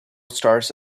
stars